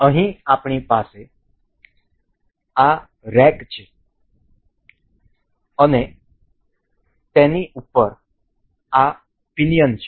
અહીં અમારી પાસે આ રેક છે અને તેની ઉપર આ પિનિયન છે